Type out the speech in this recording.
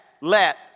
let